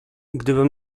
gdybym